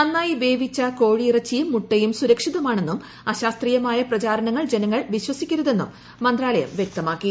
നന്നായി വേവിച്ച കോഴിയിറച്ചിയ്ക്കും മുട്ടയും സുരക്ഷിതമാണെന്നും അശാസ്ത്രീയമായ പ്രചാരണ്ട്ങ്ങൾ ് ജനങ്ങൾ വിശ്വസിക്കരുതെന്നും മന്ത്രാലായം വ്യക്തമാക്കി